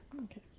Okay